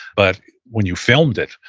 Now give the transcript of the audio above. but when you filmed it,